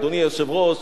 אדוני היושב-ראש,